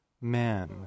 men